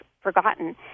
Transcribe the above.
forgotten